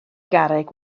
garreg